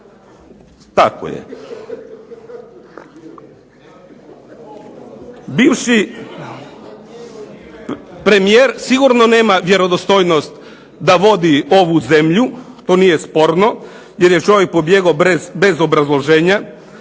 vodu. Bivši premijer sigurno nema vjerodostojnost da vodi ovu zemlju, to nije sporno, jer je čovjek pobjegao bez obrazloženja,